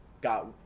got